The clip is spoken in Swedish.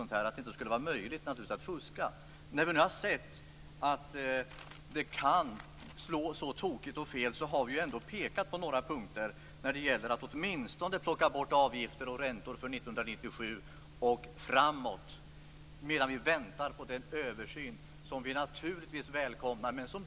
Nu har vi sett hur tokigt och fel det hela kan slå. Vi har ändå pekat på några punkter, nämligen att åtminstone plocka bort avgifter och räntor för 1997 och framåt medan vi väntar på den välkomna översynen.